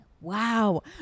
wow